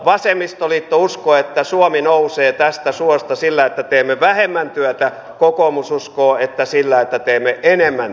vasemmistoliitto uskoo että suomi nousee tästä suosta sillä että teemme vähemmän työtä kokoomus uskoo että sillä että teemme enemmän työtä